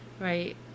right